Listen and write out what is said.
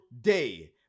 day